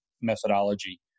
methodology